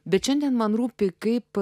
bet šiandien man rūpi kaip